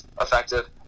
effective